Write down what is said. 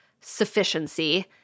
sufficiency